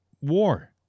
war